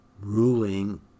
ruling